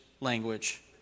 language